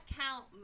count